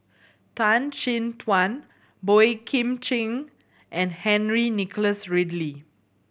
Tan Chin Tuan Boey Kim Cheng and Henry Nicholas Ridley